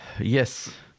yes